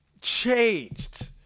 Changed